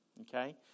Okay